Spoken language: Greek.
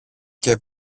και